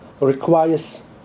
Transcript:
requires